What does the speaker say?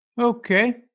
Okay